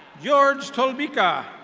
george tolbika.